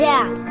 Dad